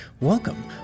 Welcome